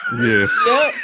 Yes